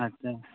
ᱟᱪᱪᱷᱟ